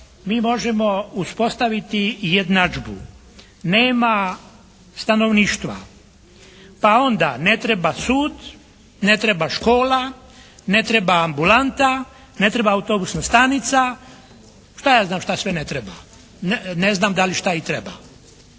mi možemo uspostaviti jednadžbu nema stanovništva, pa onda ne treba sud, ne treba škola, ne treba ambulanta, ne treba autobusna stanica, šta ja znam šta sve ne treba. Ne znam da li šta i treba.